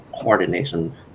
coordination